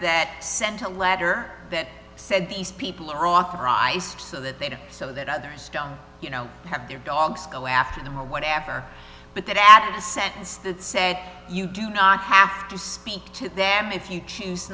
that sent a letter that said these people are authorized so that they do so that others don't you know have their dogs go after them or whatever but that added a sentence that said you do not have to speak to them if you choose